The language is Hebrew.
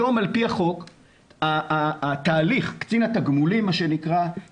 היום על פי החוק בתהליך קצין התגמולים צריך